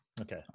Okay